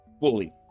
fully